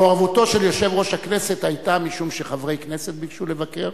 מעורבותו של יושב-ראש הכנסת היתה משום שחברי כנסת ביקשו לבקר,